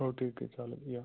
हो ठीक आहे चालेल या